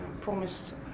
promised